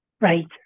Right